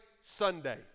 Sunday